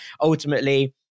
ultimately